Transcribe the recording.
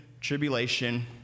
tribulation